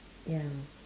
ya